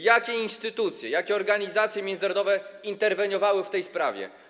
Jakie instytucje, jakie organizacje międzynarodowe interweniowały w tej sprawie?